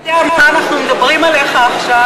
היית יודע מה אנחנו מדברים עליך עכשיו,